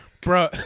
Bro